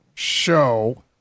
Show